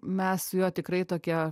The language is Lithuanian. mes su juo tikrai tokie